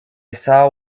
saw